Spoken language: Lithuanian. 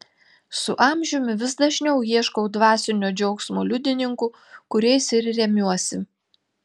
su amžiumi vis dažniau ieškau dvasinio džiaugsmo liudininkų kuriais ir remiuosi